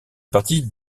partie